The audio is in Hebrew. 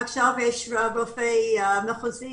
הייתי רופאת המחוז שם.